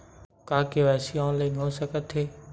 का KYC online हो सकथे?